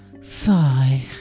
sigh